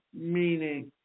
meaning